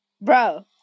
Bro